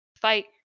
fight